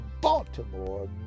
Baltimore